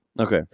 Okay